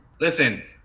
Listen